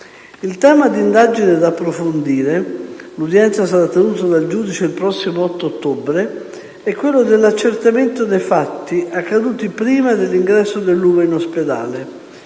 Il tema di indagine da approfondire (l'udienza sarà tenuta dal giudice il prossimo 8 ottobre) è quello dell'accertamento dei fatti accaduti prima dell'ingresso dell'Uva in ospedale,